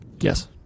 yes